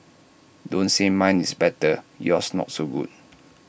don't say mine is better yours not so good